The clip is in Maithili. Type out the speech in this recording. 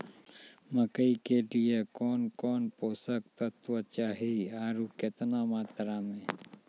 मकई के लिए कौन कौन पोसक तत्व चाहिए आरु केतना मात्रा मे?